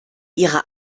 ihrer